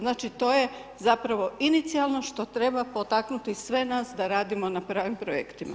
Znači, to je zapravo inicijalno što treba potaknuti sve nas da radimo na pravim projektima.